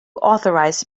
authorized